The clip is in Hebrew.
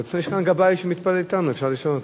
אבל, גבאי שמתפלל אתנו, אפשר לשאול אותו.